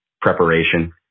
preparation